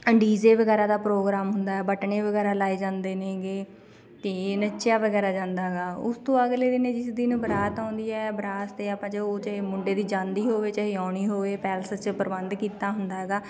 D J ਵਗੈਰਾ ਦਾ programme ਹੁੰਦਾ ਬਟਨੇ ਵਗੈਰਾ ਲਾਏ ਜਾਂਦੇ ਨੇਗੇ ਅਤੇ ਨੱਚਿਆ ਵਗੈਰਾ ਜਾਂਦਾ ਗਾ ਉਸ ਤੋਂ ਅਗਲੇ ਦਿਨ ਜਿਸ ਦਿਨ ਬਰਾਤ ਆਉਂਦੀ ਹੈ ਬਰਾਤ 'ਤੇ ਆਪਾਂ ਜੋ ਜੇ ਮੁੰਡੇ ਦੀ ਜਾਂਦੀ ਹੋਵੇ ਚਾਹੇ ਆਉਣੀ ਹੋਵੇ ਪੈਲਸ 'ਚ ਪ੍ਰਬੰਧ ਕੀਤਾ ਹੁੰਦਾ ਹੈਗਾ